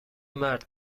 مرد